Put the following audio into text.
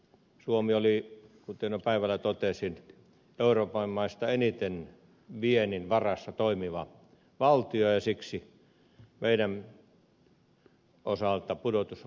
suomi oli kuten jo päivällä totesin euroopan maista eniten viennin varassa toimiva valtio ja siksi meidän osaltamme pudotus oli jyrkkä